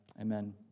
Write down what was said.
Amen